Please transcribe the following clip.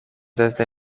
desde